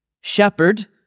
shepherd